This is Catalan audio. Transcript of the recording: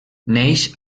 neix